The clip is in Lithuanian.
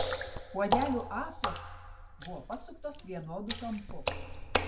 puodelių ąsos buvo pasuktos vienodu kampu